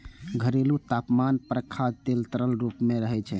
घरेलू तापमान पर खाद्य तेल तरल रूप मे रहै छै